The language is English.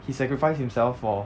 he sacrificed himself for